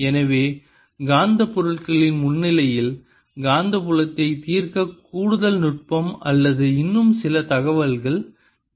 எனவே காந்தப் பொருட்களின் முன்னிலையில் காந்தப்புலத்தைத் தீர்க்க கூடுதல் நுட்பம் அல்லது இன்னும் சில தகவல்கள் தேவை